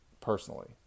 personally